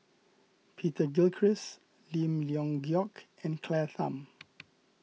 Peter Gilchrist Lim Leong Geok and Claire Tham